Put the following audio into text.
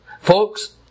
Folks